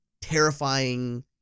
terrifying